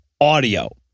Audio